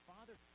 Father